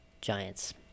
Giants